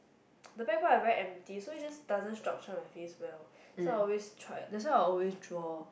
the background like very empty so it just doesn't structure my face well so I always try that's why I always draw